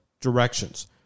directions